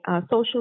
social